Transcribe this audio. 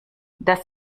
das